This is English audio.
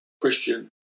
Christian